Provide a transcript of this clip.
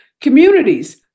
communities